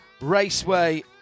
Raceway